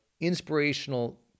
inspirational